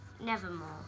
Nevermore